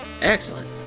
excellent